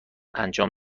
انجام